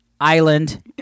island